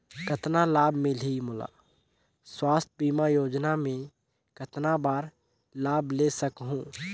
कतना लाभ मिलही मोला? स्वास्थ बीमा योजना मे कतना बार लाभ ले सकहूँ?